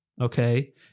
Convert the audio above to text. Okay